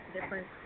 different